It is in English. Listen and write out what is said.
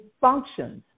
functions